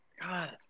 God